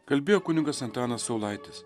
kalbėjo kunigas antanas saulaitis